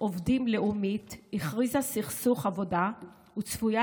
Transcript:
עובדים לאומית הכריזה על סכסוך עבודה וצפויה